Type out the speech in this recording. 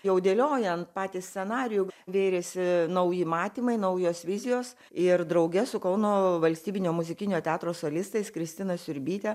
jau dėliojant patį scenarijų vėrėsi nauji matymai naujos vizijos ir drauge su kauno valstybinio muzikinio teatro solistais kristina siurbytė